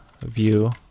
view